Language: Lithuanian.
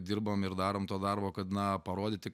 dirbam ir darom to darbo kad na parodyti